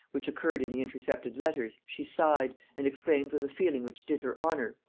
which occurred in the intercepted letters, she sighed, and exclaimed with a feeling which did her honor,